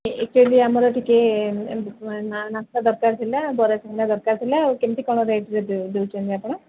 actually ଆମର ଟିକେ ଏମିତି ନାସ୍ତା ଦରକାର ଥିଲା ବରା ସିଙ୍ଗଡ଼ା ଦରକାର ଥିଲା କେମିତି କ'ଣ ରେଟ୍ ଦଉଛନ୍ତି ଆପଣ